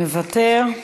מוותר,